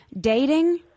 dating